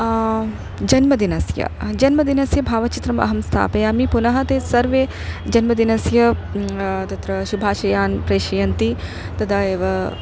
जन्मदिनस्य जन्मदिनस्य भावचित्रम् अहं स्थापयामि पुनः ते सर्वे जन्मदिनस्य तत्र शुभाषयान् प्रेषयन्ति तदा एव